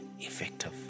effective